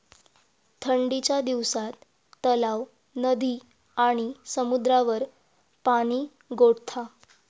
ठंडीच्या दिवसात तलाव, नदी आणि समुद्रावर पाणि गोठता